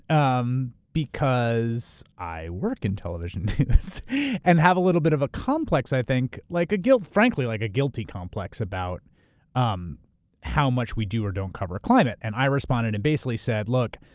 um because i work in television news and have a little bit of a complex, i think, like a guilt. frankly, like a guilty complex about um how much we do or don't cover climate. and i responded and basically said, look,